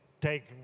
take